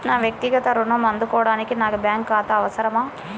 నా వక్తిగత ఋణం అందుకోడానికి నాకు బ్యాంక్ ఖాతా అవసరమా?